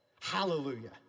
Hallelujah